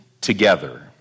together